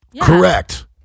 Correct